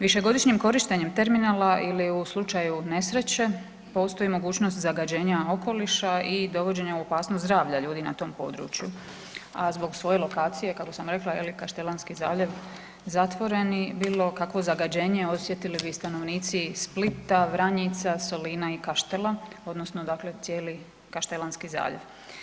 Višegodišnjim korištenjem terminala ili u slučaju nesreće postoji mogućnost zagađenja okoliša i dovođenja u opasnost zdravlja ljudi na tom području, a zbog svoje lokacije kako sam rekla je li Kaštelanski zaljev zatvoreni bilo kakvo zagađenje osjetili bi stanovnici Splita, Vranjica, Solina i Kaštela odnosno dakle cijeli Kaštelanski zaljev.